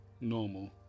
normal